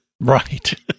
Right